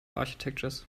architectures